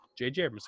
jj